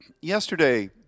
Yesterday